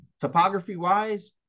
Topography-wise